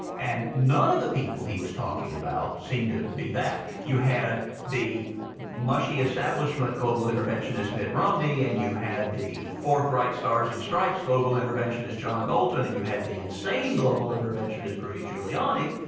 and none of the people he was talking about seemed to be that. you had the mushy establishment global interventionist mitt romney and you had the forthright stars and stripes global interventionist john bolton and you had the insane global interventionist rudy giuliani.